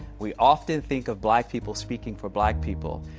we often think of black people speaking for black people.